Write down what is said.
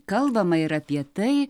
kalbama ir apie tai